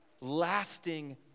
lasting